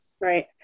Right